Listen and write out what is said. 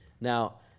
Now